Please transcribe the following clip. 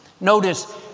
Notice